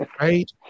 right